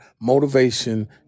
motivation